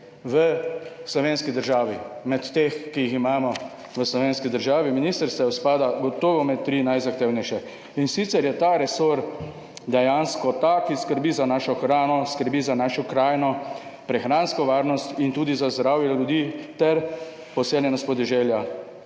v slovenski državi, med teh, ki jih imamo v slovenski državi, ministrstev, spada gotovo med tri najzahtevnejše in sicer je ta resor dejansko ta, ki skrbi za našo hrano, skrbi za našo krajino, prehransko varnost in tudi za zdravje ljudi ter poseljenost podeželja.